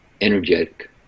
energetic